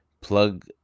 plug